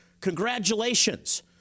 Congratulations